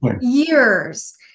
years